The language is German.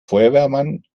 feuerwehrmann